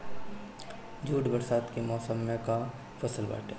jute बरसात के मौसम कअ फसल बाटे